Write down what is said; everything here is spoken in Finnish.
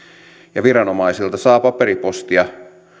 ja viranomaisilta saa paperipostia